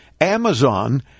Amazon